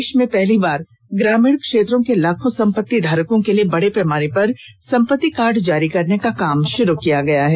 देश में पहली बार ग्रामीण क्षेत्रों के लाखों संपत्ति धारकों के लिए बड़े पैमाने पर संपत्ति कार्ड जारी करने का काम शुरू किया गया है